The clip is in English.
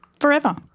forever